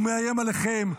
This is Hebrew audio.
הוא מאיים עליכם.